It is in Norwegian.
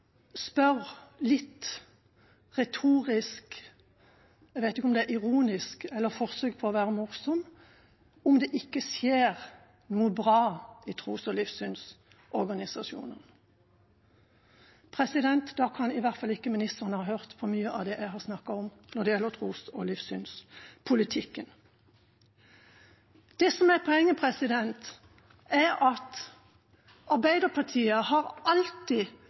litt retorisk – jeg vet ikke om det er ironisk eller et forsøk på å være morsom – om det ikke skjer noe bra i tros- og livssynsorganisasjoner. Da kan i hvert fall ikke ministeren ha hørt på mye av det jeg har snakket om når det gjelder tros- og livssynspolitikken. Det som er poenget, er at Arbeiderpartiet alltid har